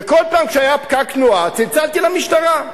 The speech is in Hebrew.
וכל פעם שהיה פקק תנועה צלצלתי למשטרה.